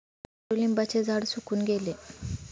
कडुलिंबाचे झाड सुकून गेले